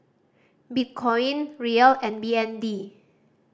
Bitcoin Riel and B N D